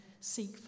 Seek